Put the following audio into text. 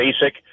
basic